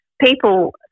people